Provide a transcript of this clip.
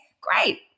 Great